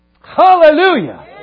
Hallelujah